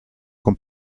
con